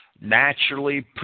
naturally